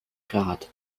grad